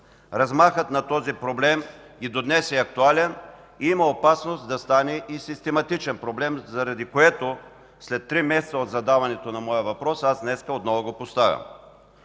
Размахът на този проблем и до днес е актуален и има опасност да стане и систематичен проблем, заради което след три месеца от задаването на моя въпрос аз днес отново го поставям.